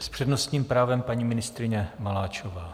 S přednostním právem paní ministryně Maláčová.